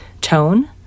tone